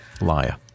Liar